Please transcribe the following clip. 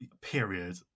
period